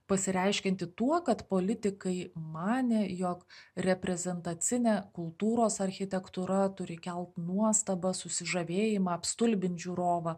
pasireiškianti tuo kad politikai manė jog reprezentacinė kultūros architektūra turi kelt nuostabą susižavėjimą apstulbint žiūrovą